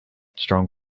strong